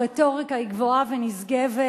הרטוריקה היא גבוהה ונשגבת,